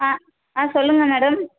ஆ ஆ சொல்லுங்கள் மேடம்